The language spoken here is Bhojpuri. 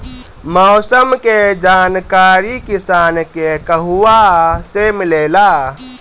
मौसम के जानकारी किसान के कहवा से मिलेला?